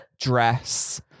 Dress